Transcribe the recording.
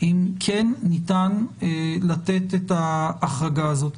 אם כן ניתן לתת את ההחרגה הזאת.